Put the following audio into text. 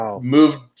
moved